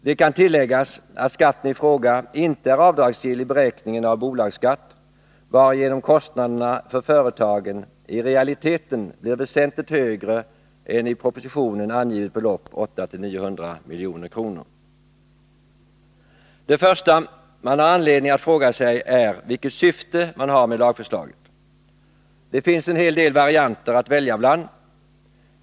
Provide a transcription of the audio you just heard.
Det kan tilläggas att skatten i fråga inte är avdragsgill vid beräkningen av bolagsskatten, varigenom kostnaderna för företagen i realiteten blir väsentligt högre än i propositionen angivet belopp, 800-900 milj.kr. Det första man har anledning att fråga sig är vilket syftet med lagförslaget är. Det finns en hel del varianter att välja bland.